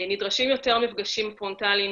נדרשים יותר מפגשים פרונטאליים,